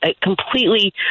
completely